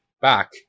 back